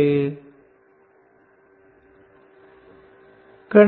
vlcsnap 2019 08 31 18h44m36s265 ఇక్కడ